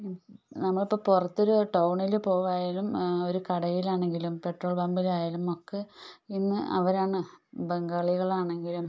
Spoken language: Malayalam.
നമ്മളിപ്പോൾ പുറത്തൊരു ടൗണിൽ പോകുക ആയാലും ഒരു കടയിലാണെങ്കിലും പെട്രോൾ പമ്പിലായാലും നമ്മൾക്ക് ഇന്ന് അവരാണ് ബംഗാളികൾ ആണെങ്കിലും